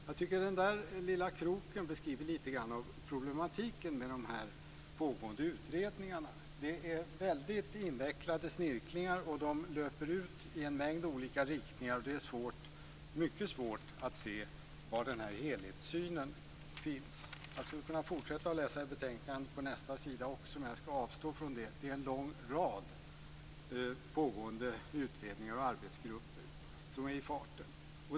Jag tycker att den lilla "kroken" beskriver lite grann av problematiken med de pågående utredningarna. Det är väldigt invecklade snirklingar som löper ut i en mängd olika riktningar. Det är mycket svårt att se var helhetssynen finns. Jag skulle kunna fortsätta att läsa i betänkandet på nästa sida men jag skall avstå från det. Det är en lång rad pågående utredningar och arbetsgrupper som är i farten.